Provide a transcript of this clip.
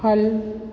हल